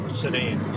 sedan